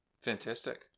Fantastic